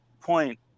point